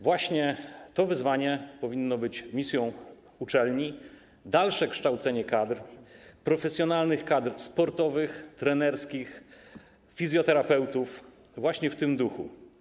Właśnie to wyzwanie powinno być misją uczelni, chodzi o dalsze kształcenie profesjonalnych kadr sportowych, trenerskich, fizjoterapeutów właśnie w tym duchu.